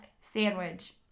sandwich